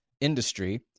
industry